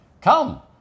Come